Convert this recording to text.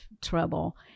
trouble